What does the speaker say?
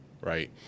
right